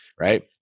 Right